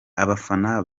abafana